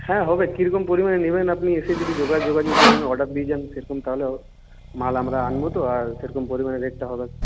হ্যাঁ হবে কীরকম পরিমাণে নেবেন আপনি এসে যদি যোগা যোগাযোগ করেন অর্ডার দিয়ে যান সেইরকম তাহলে মাল আমরা আনব তো আর সেইরকম পরিমাণে রেটটা হবে